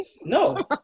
No